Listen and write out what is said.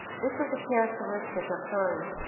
this is a characteristic of hurry.